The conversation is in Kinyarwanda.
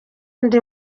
undi